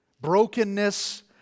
brokenness